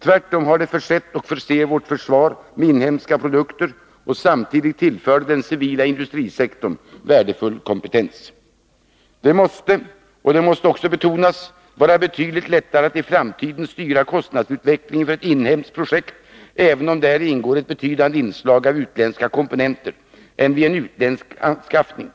Tvärtom har de försett och förser vårt försvar med inhemska produkter, och samtidigt tillför de den civila industrisektorn värdefull kompetens. Det måste — och det bör också betonas — vara betydligt lättare att i framtiden styra kostnadsutvecklingen för ett inhemskt projekt, även om däri ingår ett betydande inslag av utländska komponenter, än vid en utländsk anskaffning.